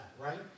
Right